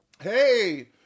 Hey